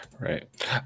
right